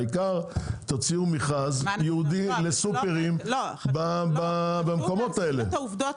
העיקר תוציאו מכרז ייעודי לסופרים במקומות האלה.